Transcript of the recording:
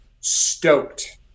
stoked